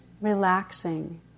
relaxing